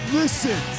listen